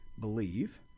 believe